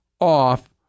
off